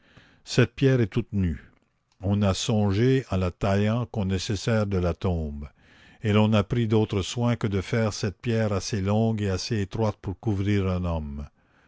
cette pierre est toute nue on n'a songé en la taillant qu'au nécessaire de la tombe et l'on n'a pris d'autre soin que de faire cette pierre assez longue et assez étroite pour couvrir un homme